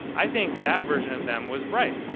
i think that version of them was right.